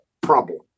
problem